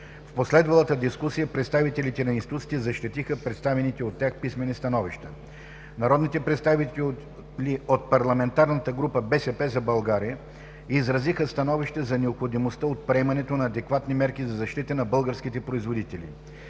В последвалата дискусия представителите на институциите защитиха представените от тях писмени становища. Народните представители от парламентарната група на „БСП за България“ изразиха становище за необходимостта от приемането на адекватни мерки за защита на българските производители.